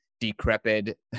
decrepit